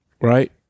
Right